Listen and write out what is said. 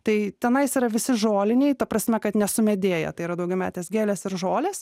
tai tenais yra visi žoliniai ta prasme kad nesumedėję tai yra daugiametės gėlės ir žolės